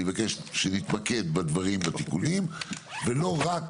אני מבקש שנתמקד בתיקונים ולא רק